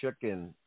chicken